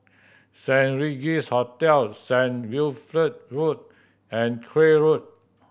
Saint Regis Hotel Saint Wilfred Road and Craig Road